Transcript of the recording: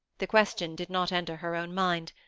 the question did not enter her own mind,